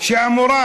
שאמורה